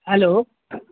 hello